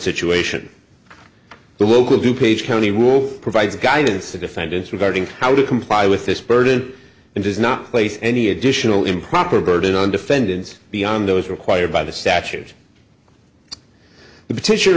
situation the local du page county rule provides guidance to defendants regarding how to comply with this burden and does not place any additional improper burden on defendants beyond those required by the statute the